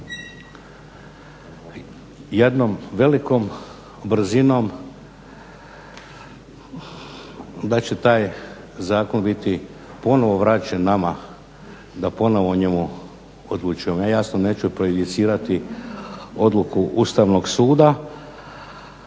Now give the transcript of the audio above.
jednom velikom brzinom da će taj zakon biti ponovo vraćen nama da ponovo njemu odlučujemo. Ja jasno neću prejudicirati odluku Ustavnog suda